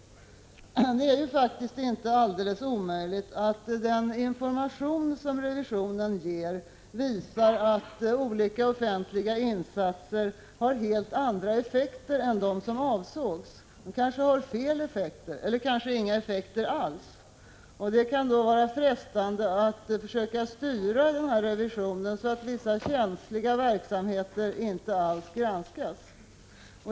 Det är ju inte alldeles omöjligt att den information som revisionen ger visar att offentliga insatser har helt andra effekter än vad som avsågs, kanske fel effekter, eller inga effekter alls. Det kan då vara frestande att försöka styra revisionen så att vissa känsliga verksamheter inte granskas.